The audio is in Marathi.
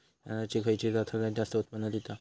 तांदळाची खयची जात सगळयात जास्त उत्पन्न दिता?